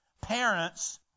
parents